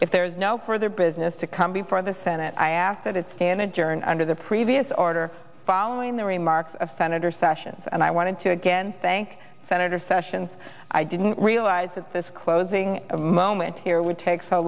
if there is no further business to come before the senate i ask that it's can adjourn under the previous order following the remarks of senator sessions and i wanted to again thank senator sessions i didn't realize at this closing a moment here would take so